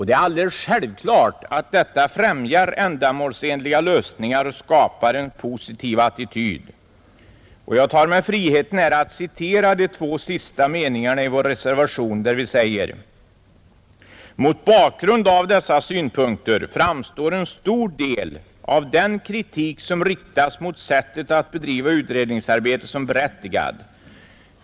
Det är alldeles självklart att detta främjar ändamålsenliga lösningar och skapar en positiv attityd, och jag tar mig friheten att citera de två sista meningarna i vår reservation: ”Mot bakgrund av dessa synpunkter framstår en stor del av den kritik som riktats mot sättet att bedriva utredningsarbetet som berättigad.